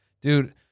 Dude